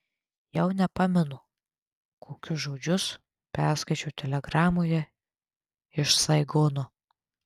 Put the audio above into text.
jau nepamenu kokius žodžius perskaičiau telegramoje iš saigono